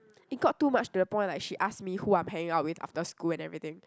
it got too much to the point like she ask me who I'm hanging out with after school and everything